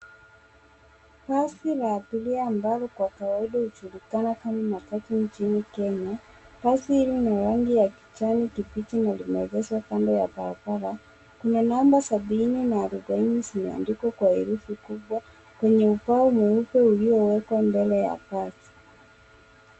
Basi la abiria ambalo kwa kawaida hujulikana kama matatu chini kenya. Basi hili ni la rangi ya kijani kibichi na limeegeshwa kando ya barabara. Kuna namba sabini na arubaini zimeandikwa kwa herufi kubwa kwenye ubao mweupe uliowekwa mbele ya gari.